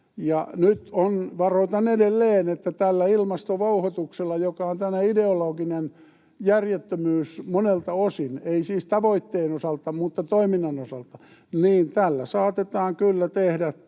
Ja varoitan edelleen, että tällä ilmastovouhotuksella, joka on ideologinen järjettömyys monilta osin — ei siis tavoitteen osalta mutta toiminnan osalta — saatetaan kyllä tehdä